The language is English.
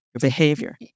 behavior